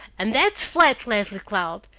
and that's flat, leslie cloud.